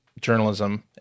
journalism